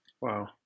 Wow